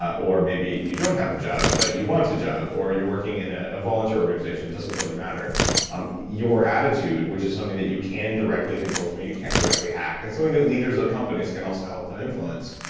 or maybe you don't have a job, but you want a job, or you're working in a a volunteer organization it doesn't really matter um your attitude, which is something that you can directly control, something that you can directly hack, and something that leaders of companies can also help to influence,